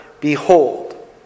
behold